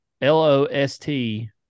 L-O-S-T